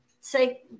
say